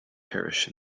parish